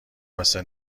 واسه